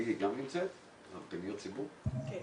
שמעת את עו"ד עאדל בדיר, ראש העיר כפר קאסם.